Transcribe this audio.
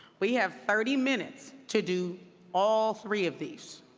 we have thirty minutes to do all three of these.